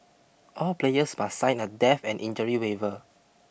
all players must sign a death and injury waiver